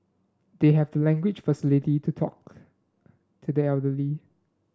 they have the language faculty to talk to the elderly